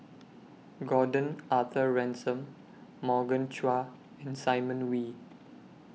Gordon Arthur Ransome Morgan Chua and Simon Wee